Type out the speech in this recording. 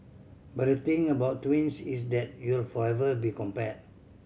but the thing about twins is that you'll forever be compared